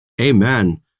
Amen